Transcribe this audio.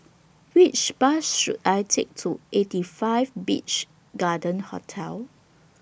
Which Bus should I Take to eighty five Beach Garden Hotel